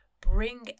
bring